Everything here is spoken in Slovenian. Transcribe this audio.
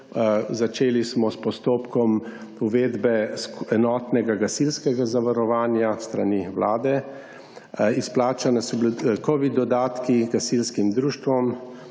začeli smo s postopkom uvedbe enotnega gasilskega zavarovanja s strani Vlade, izplačani so bili covid dodatki gasilskim društvom,